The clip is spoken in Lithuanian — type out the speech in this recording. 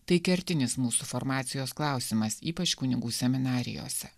tai kertinis mūsų formacijos klausimas ypač kunigų seminarijose